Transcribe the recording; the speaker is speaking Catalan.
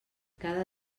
cada